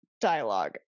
dialogue